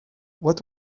what